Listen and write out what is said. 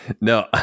No